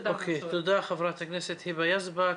תודה, חברת הכנסת היבה יזבק.